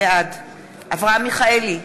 בעד אברהם מיכאלי,